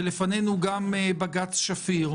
ולפנינו גם בג"ץ שפיר,